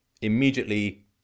immediately